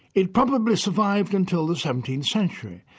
it probably survived until the seventeenth century,